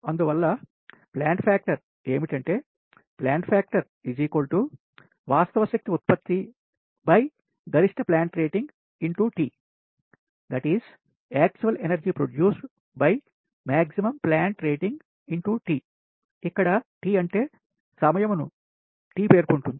అందువల్ల plant factor ఏమిటంటే plant factor వాస్తవ శక్తి ఉత్పత్తి గరిష్ట ప్లాంట్ రేటింగ్xT ఇక్కడ T అంటే సమయము ను T పేర్కొంటుంది